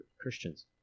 Christians